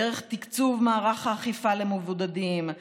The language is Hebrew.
דרך תקצוב מערך האכיפה למבודדים,